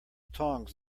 tongs